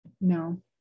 No